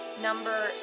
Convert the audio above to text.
number